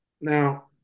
Now